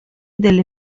delle